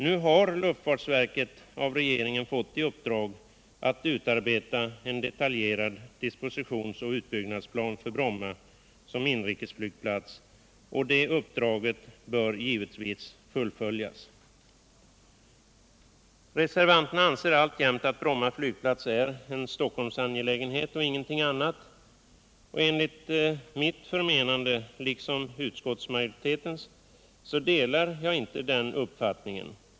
Nu har luftfartsverket av regeringen fått i uppdrag att utarbeta en detaljerad dispositionsoch utbyggnadsplan för Bromma som inrikesflygplats och det uppdraget bör givetvis fullföljas. Reservanterna anser alltjämt att Bromma flygplats är en Stockholmsangelägenhet och ingenting annat. Liksom utskottsmajoriteten delar jag inte denna uppfattning.